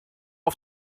auf